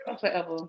forever